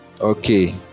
Okay